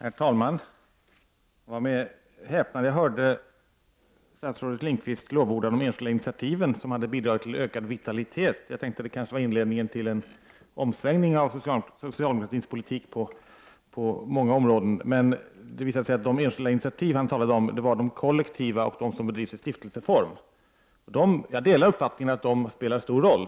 Herr talman! Det var med häpnad jag hörde statsrådet Lindqvist lovorda de enskilda initiativen som hade bidragit till ökad vitalitet. Det kanske var inledningen till en omsvängning av socialdemokratisk politik på många områden. Men det visade sig att de enskilda initiativ statsrådet-talade om var de kollektiva och de som bedrevs i stiftelseform. Jag delar uppfattningen att de spelar en stor roll.